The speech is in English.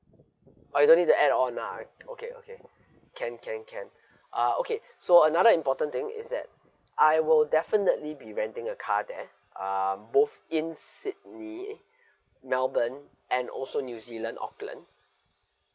oh you don't need to add on nah okay okay can can can uh okay so another important thing is that I will definitely be renting a car there um both in sydney melbourne and also new zealand auckland